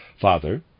Father